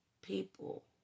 people